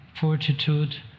fortitude